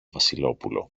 βασιλόπουλο